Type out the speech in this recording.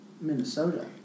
Minnesota